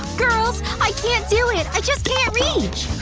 girls. i can't do it. i just can't reach.